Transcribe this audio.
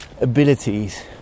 abilities